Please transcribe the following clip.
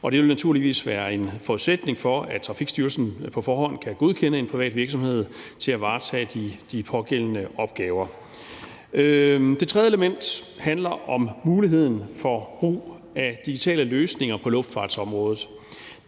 Det vil naturligvis være en forudsætning, at Trafikstyrelsen på forhånd kan godkende en privat virksomhed til at varetage de pågældende opgaver. Det tredje element handler om muligheden for brug af digitale løsninger på luftfartsområdet.